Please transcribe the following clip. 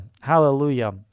Hallelujah